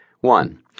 One